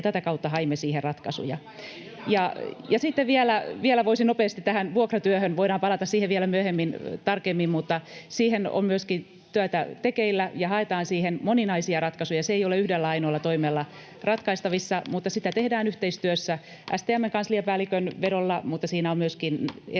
tätä kautta haimme siihen ratkaisuja. Ja sitten vielä voisin nopeasti tähän vuokratyöhön, voidaan palata siihen vielä myöhemmin tarkemmin, mutta siihen on myöskin työtä tekeillä ja haetaan siihen moninaisia ratkaisuja. [Annika Saarikko: Eikö se ole STM:n vastuulla?] Se ei ole yhdellä ainoalla toimijalla ratkaistavissa, mutta sitä tehdään yhteistyössä STM:n kansliapäällikön vedolla, ja siinä on myöskin